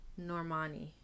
Normani